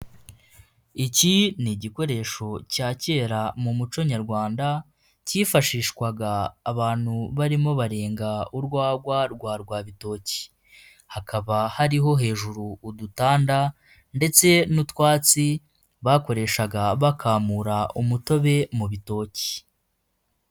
Iki ni igikoresho cya kera mu muco Nyarwanda cyifashishwaga abantu barimo barenga urwagwa rwa rwa bitoki, hakaba hariho hejuru udutanda ndetse n'utwatsi bakoreshaga bakamura umutobe mu bitoki.